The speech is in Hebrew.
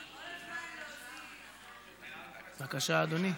בבקשה, אדוני.